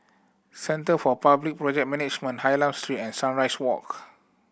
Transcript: centre for Public Project Management Hylam Street and Sunrise Walk